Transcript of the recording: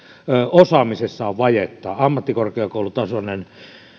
osaamisessa on vajetta ammattikorkeakoulutasoinen